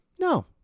No